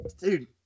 dude